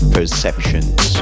Perceptions